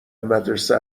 مدرسه